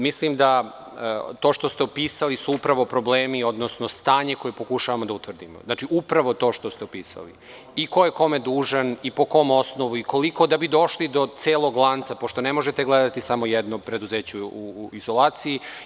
Mislim da to što ste opisali su upravo problemi, odnosno stanje koje pokušavamo da utvrdimo, upravo to što ste opisali, ko je kome dužan i po kom osnovu i koliko, da bi došli do celog lanca, pošto ne možete gledati samo jedno preduzeće u izolaciji.